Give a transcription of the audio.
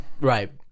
Right